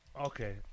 Okay